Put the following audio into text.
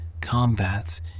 combats